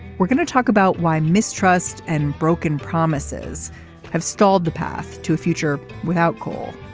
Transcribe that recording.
we're going to talk about why mistrust and broken promises have stalled the path to a future without coal.